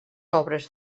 obres